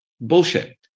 bullshit